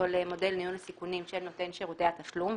למודל ניהול הסיכונים של נותן שירותי התשלום,